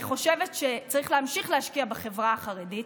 אני חושבת שצריך להמשיך להשקיע בחברה החרדית,